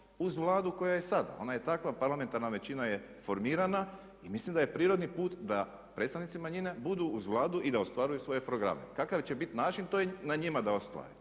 uz Vladu koja je sada. Ona je takva, parlamentarna većina je formirana i mislim da je prirodni put da predstavnici manjina budu uz Vladu i da ostvaruju svoje programe. Kakav će biti način to je na njima da ostvare.